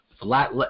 flat